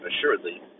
assuredly